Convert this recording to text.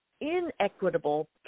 inequitable